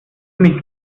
mich